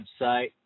website